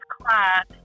class